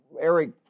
Eric